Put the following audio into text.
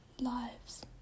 lives